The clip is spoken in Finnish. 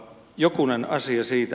jokunen asia siitä